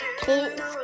please